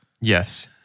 Yes